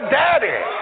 daddy